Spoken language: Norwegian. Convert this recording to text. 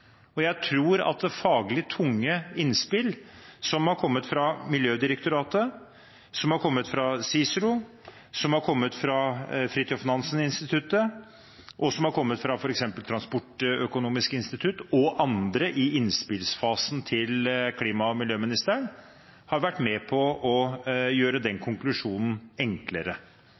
konklusjon. Det tror jeg faktisk mange partier i denne salen har gjort. Jeg tror at faglig tunge innspill som har kommet fra Miljødirektoratet, fra CICERO, fra Fridtjof Nansens Institutt, fra Transportøkonomisk institutt og andre i innspillsfasen til klima- og miljøministeren, har vært med på å gjøre den